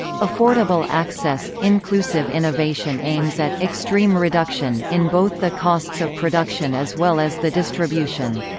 affordable access inclusive innovation aims at extreme reduction in both the costs of production as well as the distribution.